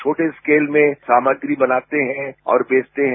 छोटे स्केल में सामग्री बनाते हैं और बेचते हैं